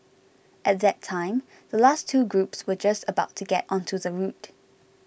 at that time the last two groups were just about to get onto the route